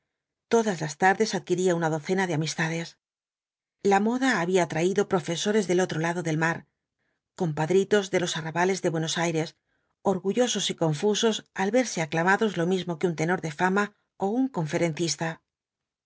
todas las tardes adoiuiría una doc na de amistades la moda había traído profesores del otro lado del mar compadritos de los arrabales de buenos aires orgullosos y confusos al verse aclamados lo mismo que un tenor de fama ó un conferencista